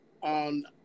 on